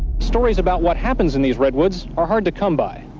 stories about what happens in these redwoods are hard to come by.